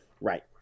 Right